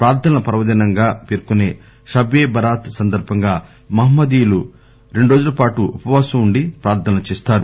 ప్రార్థనల పర్వదినంగా పేర్కొనే షబ్ ఏ బరాత్ సందర్బంగా మహ్మదీయులు రెండు రోజుల పాటు ఉపవాసం ఉండి ప్రార్థనలు చేస్తారు